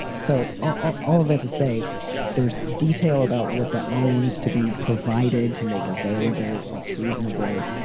so ah all that to say there's detail about what that means to be provided to make available what's reasonable.